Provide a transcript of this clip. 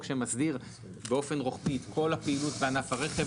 שמסדיר באופן רוחבי את כל הפעילות בענף הרכב,